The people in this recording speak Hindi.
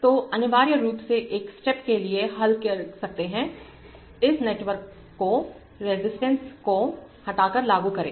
तो अनिवार्य रूप से आप एक स्टेप के लिए हल कर सकते हैं इस नेटवर्क को रेजिस्टेंस को हटाकर लागू करें